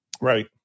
Right